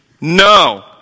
No